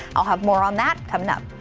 i'll have more on that coming up.